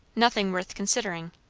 nothing worth considering.